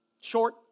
Short